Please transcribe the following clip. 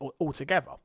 altogether